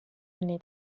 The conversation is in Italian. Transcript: anni